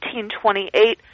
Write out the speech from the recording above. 1828